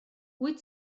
wyt